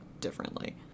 differently